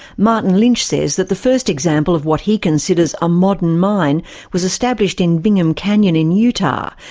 martin lynch says that the first example of what he considers a modern mine was established in bingham canyon in utah,